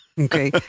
Okay